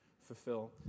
fulfill